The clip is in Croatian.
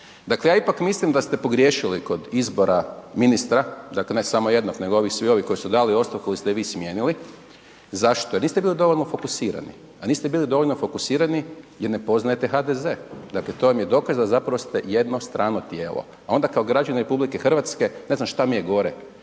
Dakle ja ipak mislim da ste pogriješili kod izbora ministra, dakle ne samo jednog nego svi ovi koji su dali ostavku ili ste ih vi smijenili. Zašto? Jer niste bili dovoljno fokusirani, a niste bili dovoljno fokusirani, a niste bili dovoljno fokusirani jer ne poznajte HDZ, dakle to vam je dokaz da zapravo ste jedno strano tijelo. A onda kao građanin RH ne znam šta mi je gore,